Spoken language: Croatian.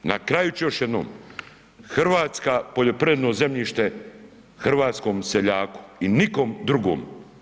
Na kraju ću još jednom, RH, poljoprivredno zemljište hrvatskom seljaku i nikom drugom.